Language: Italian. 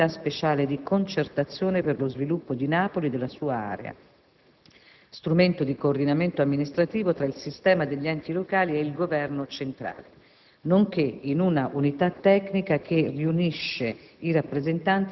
e del quale è coordinatore, che tale organismo consiste in una unità speciale di concertazione per lo sviluppo di Napoli e della sua area, strumento di coordinamento amministrativo tra il sistema degli enti locali e il Governo centrale,